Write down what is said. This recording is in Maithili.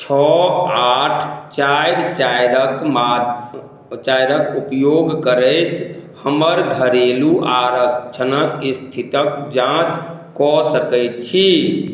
छओ आठ चारि चारिक माप चारिक उपयोग करैत हमर घरेलू आरक्षणक स्थितक जाँच कऽ सकैत छी